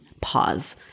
pause